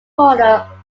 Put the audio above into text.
corner